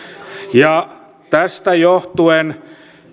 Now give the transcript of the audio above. tästä johtuen